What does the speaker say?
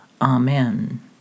Amen